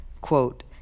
Quote